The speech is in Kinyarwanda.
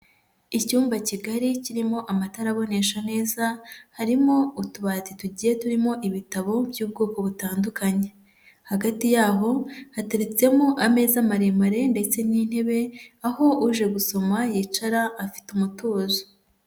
Icyumba kigari kirimo amatara abonesha neza harimo utubati tugiye turimo ibitabo by'ubwoko butandukanye, hagati yaho hateretsemo ameza maremare ndetse n'intebe aho uje gusoma yicara afite umutuzo.